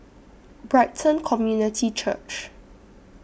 Brighton Community Church